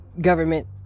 government